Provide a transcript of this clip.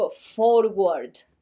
forward